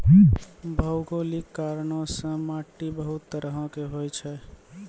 भौगोलिक कारणो से माट्टी बहुते तरहो के होय छै